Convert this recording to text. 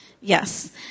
Yes